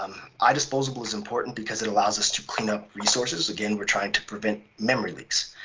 um idisposable is important because it allows us to clean up resources. again, we're trying to prevent memory leaks.